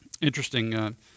interesting